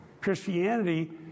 Christianity